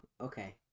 Okay